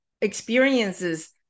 experiences